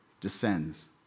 descends